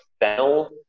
fennel